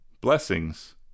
blessings